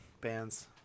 bands